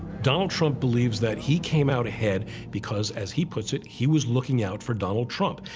donald trump believes that he came out ahead because, as he puts it, he was looking out for donald trump.